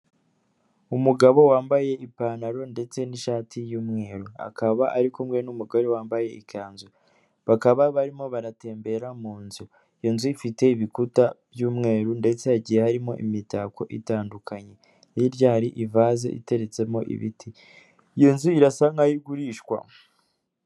Umugabo wambaye ipantaro ndetse n'ishati y'umweru, akaba ari kumwe n'umugore wambaye ikanzu, bakaba barimo banatembera mu nzu. Iyo nzu ifite ibikuta by'umweru ndetse hagiye harimo imitako itandukanye, hirya hari ivaze iteretsemo ibiti; iyo nzu irasa nkaho igurishwa.